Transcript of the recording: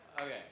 Okay